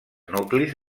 nuclis